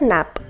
Nap